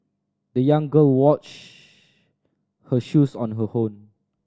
the young girl washed her shoes on her own